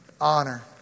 honor